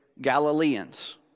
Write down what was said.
Galileans